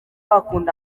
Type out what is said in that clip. akunda